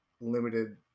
limited